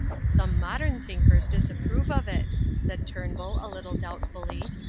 some modern thinkers disapprove of it, said turnbull a little doubtfully.